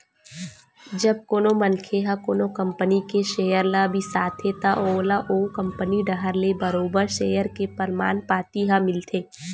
जब कोनो मनखे ह कोनो कंपनी के सेयर ल बिसाथे त ओला ओ कंपनी डाहर ले बरोबर सेयर के परमान पाती ह मिलथे